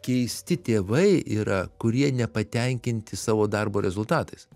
keisti tėvai yra kurie nepatenkinti savo darbo rezultatais